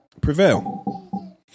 prevail